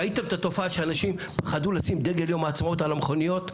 ראיתם את התופעה שאנשים פחדו לשים דגל יום העצמאות על המכוניות.